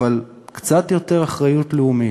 אבל קצת יותר אחריות לאומיות,